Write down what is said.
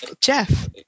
Jeff